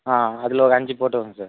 ஆ அதில் ஒரு அஞ்சு போட்டுக்கோங்க சார்